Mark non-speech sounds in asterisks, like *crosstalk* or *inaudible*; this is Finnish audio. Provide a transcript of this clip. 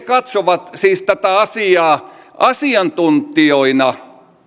*unintelligible* katsovat siis tätä asiaa asiantuntijoina